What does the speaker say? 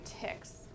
ticks